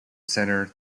centre